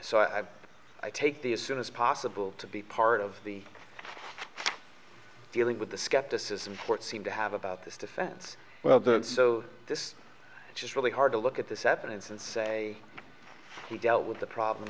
so i take the as soon as possible to be part of the dealing with the skepticism what seem to have about this defense well that so this is really hard to look at this evidence and say we dealt with the problem